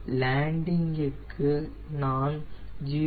landing க்கு நான் 0